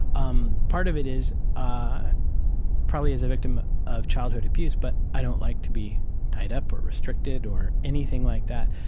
um part of it is, ah probably as a victim of childhood abuse, but i don't like to be tied up or restricted or anything like that.